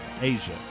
Asia